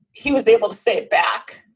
he was able to say back.